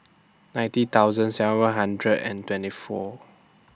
ninety thousand seven hundred and twenty four